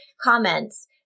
comments